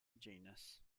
genus